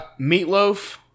Meatloaf